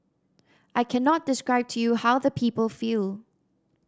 I cannot describe to you how the people feel